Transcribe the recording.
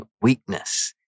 weakness